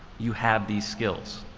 you have these skills.